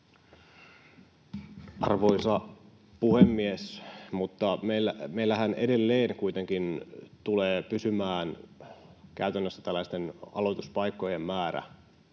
Arvoisa puhemies! Mutta meillähän edelleen kuitenkin tulee pysymään käytännössä tällaisten aloituspaikkojen määrä